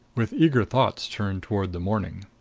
with eager thoughts turned toward the morning.